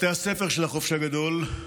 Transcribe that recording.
בתי הספר של החופש הגדול,